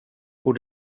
who